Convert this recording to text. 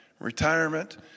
retirement